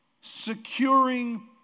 securing